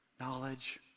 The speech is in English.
knowledge